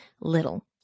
little